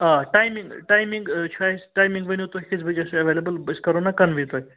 آ timing timing چھِ اَسہِ ٹایمِنٛگ ؤنِو تُہۍ کٔژۍ بَجہِ ٲسِو اٮ۪ویلیبٕل أسۍ کرو نا کَنوے تۄہہِ